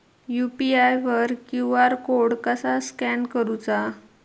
UPI वर QR code कसा scan करूचा?